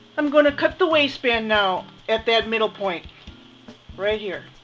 i'm going to cut the waistband now at that middle point right here